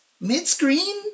mid-screen